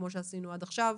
כמו שעשינו עד עכשיו,